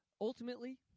ultimately